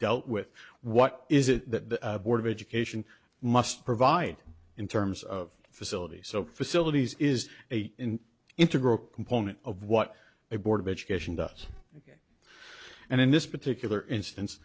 dealt with what is it that the board of education must provide in terms of facilities so facilities is a integral component of what a board of education does and in this particular instance